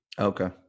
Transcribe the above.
Okay